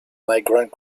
migrant